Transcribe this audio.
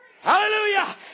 Hallelujah